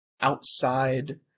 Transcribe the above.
outside